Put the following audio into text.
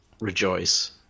rejoice